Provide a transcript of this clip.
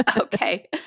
Okay